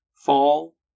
Fall